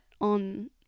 on